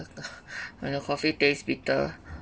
when the coffee tastes bitter